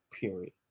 Period